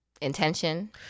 intention